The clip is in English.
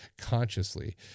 consciously